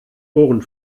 ohren